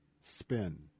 spin